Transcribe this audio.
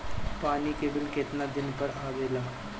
पानी के बिल केतना दिन पर आबे ला?